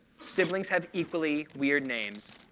siblings have equally weird names,